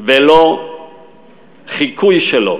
ולא חיקוי שלו,